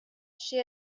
she